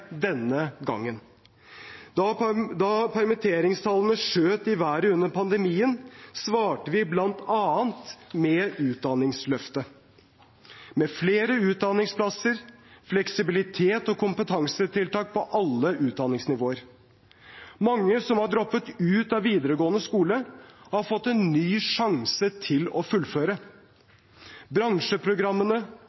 denne gangen. Da permitteringstallene skjøt i været under pandemien, svarte vi bl.a. med Utdanningsløftet, med flere utdanningsplasser, fleksibilitet og kompetansetiltak på alle utdanningsnivåer. Mange som har droppet ut av videregående skole, har fått en ny sjanse til å fullføre.